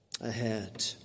ahead